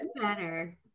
Better